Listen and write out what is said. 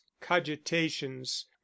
cogitations